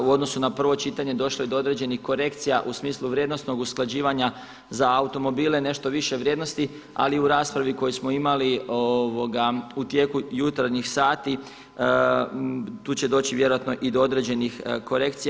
U odnosu na prvo čitanje došlo je do određenih korekcija u smislu vrijednosnog usklađivanja za automobile, nešto više vrijednosti, ali u raspravi koju smo imali u tijeku jutarnjih sati, tu će doći vjerojatno i do određenih korekcija.